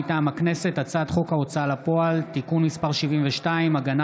מטעם הכנסת: הצעת חוק ההוצאה לפועל (תיקון מס' 72) (הגנה